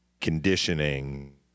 conditioning